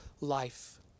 life